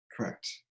Correct